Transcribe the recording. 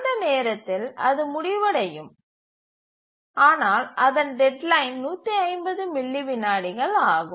அந்த நேரத்தில் அது முடிவடையும் ஆனால் அதன் டெட்லைன் 150 மில்லி விநாடிகள் ஆகும்